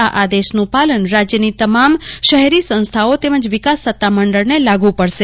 આ આદેશનું પાલન રાજ્યની તમામ શહેરી સંસ્થાઓ તેમજ વિકાસ સત્તા મંડળને લાગુ પડશે